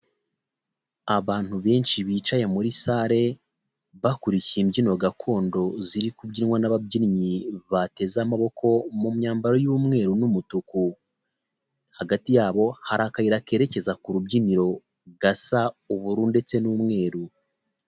Abantu benshi bicaye muri sale, bakurikiye imbyino gakondo ziri kubyinwa n'ababyinnyi bateze amaboko mu myambaro y'umweru n'umutuku, hagati yabo hari akayira kerekeza ku rubyiniro gasa ubururu ndetse n'umweru.